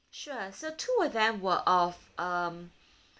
sure so two of them were of um